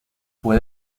fue